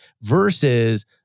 versus